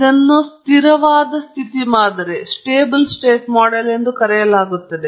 ಇದನ್ನು ಸ್ಥಿರವಾದ ರಾಜ್ಯ ಮಾದರಿ ಎಂದು ಕರೆಯಲಾಗುತ್ತದೆ